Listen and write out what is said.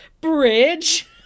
bridge